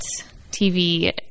TV